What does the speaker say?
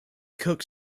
cooks